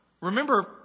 Remember